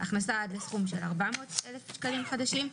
הכנסה עד לסכום של 400,000 שקלים חדשים,